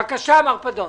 בבקשה מר פדון.